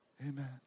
Amen